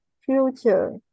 future